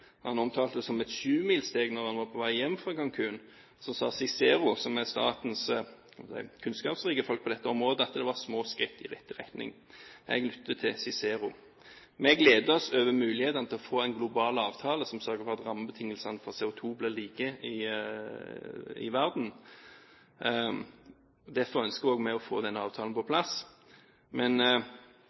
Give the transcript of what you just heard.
han omtalte det som et syvmilssteg da han var på vei hjem fra Cancún – så sa CICERO, som er statens kunnskapsrike folk på dette området, at det var små skritt i riktig retning. Jeg lytter til CICERO. Vi gleder oss over muligheten til å få en global avtale som sørger for at rammebetingelsene for CO2 blir like i verden. Derfor ønsker også vi å få den avtalen på plass, men